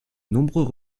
nombreux